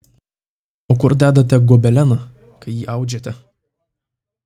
o kur dedate gobeleną kai jį audžiate